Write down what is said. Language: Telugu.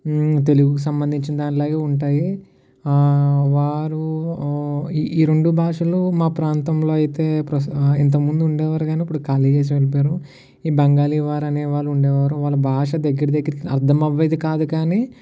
తెలుగుకి సంబంధించిన దానిలాగే ఉంటాయి వారు ఈ రెండు భాషలు మా ప్రాంతంలో అయితే ప్ర ఇంతకముందు ఉండేవారు ఇప్పుడు ఖాళీ చేసి వెళ్ళిపోయారు ఈ బెంగాలీ వారు అనేవాళ్ళు ఉండేవారు వాళ్ళ భాష దగ్గర దగ్గరకి అర్ధం అయ్యేది కాదు కానీ